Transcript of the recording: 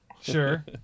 Sure